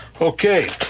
Okay